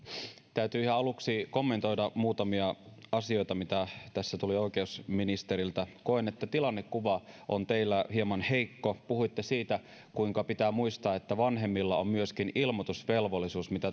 täytyy ihan aluksi kommentoida muutamia asioita mitä tässä tuli oikeusministeriltä koen että tilannekuva on teillä hieman heikko puhuitte siitä kuinka pitää muistaa että vanhemmilla on myöskin ilmoitusvelvollisuus mitä